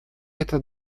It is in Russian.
это